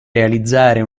realizzare